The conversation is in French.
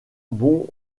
bon